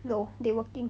no they working